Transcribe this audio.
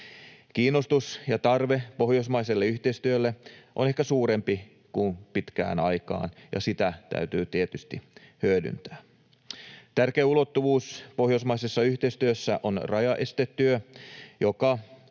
Kiinnostus ja tarve pohjoismaiselle yhteistyölle on ehkä suurempi kuin pitkään aikaan, ja sitä täytyy tietysti hyödyntää. Tärkeä ulottuvuus pohjoismaisessa yhteistyössä on rajaestetyö, jonka